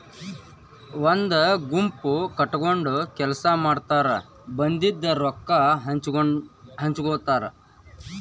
ಒಂದ ಗುಂಪ ಕಟಗೊಂಡ ಕೆಲಸಾ ಮಾಡತಾರ ಬಂದಿದ ರೊಕ್ಕಾ ಹಂಚಗೊತಾರ